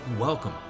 Welcome